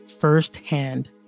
firsthand